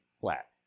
flat